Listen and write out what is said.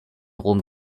rom